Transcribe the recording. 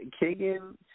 Kagan